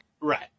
Right